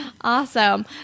Awesome